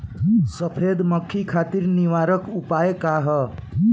सफेद मक्खी खातिर निवारक उपाय का ह?